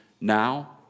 now